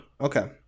Okay